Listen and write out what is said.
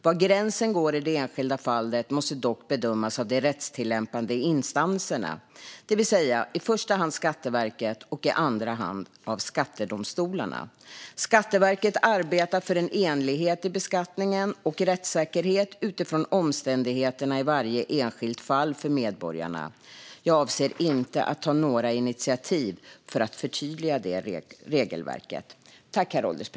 Var gränsen går i det enskilda fallet måste dock bedömas av de rättstillämpande instanserna, det vill säga i första hand av Skatteverket och i andra hand av skattedomstolarna. Skatteverket arbetar för en enhetlighet i beskattningen och rättssäkerhet utifrån omständigheterna i varje enskilt fall för medborgarna. Jag avser inte att ta några initiativ för att förtydliga regelverket.